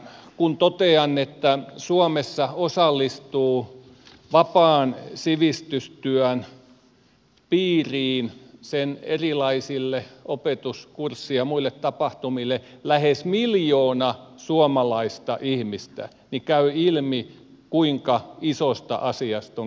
kun totean että suomessa osallistuu vapaan sivistystyön piiriin sen erilaisiin opetus kurssi ja muihin tapahtumiin lähes miljoona suomalaista ihmistä niin käy ilmi kuinka isosta asiasta on kysymys